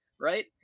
right